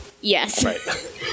yes